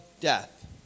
death